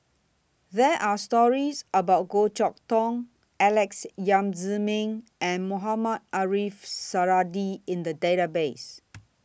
There Are stories about Goh Chok Tong Alex Yam Ziming and Mohamed Ariff Suradi in The Database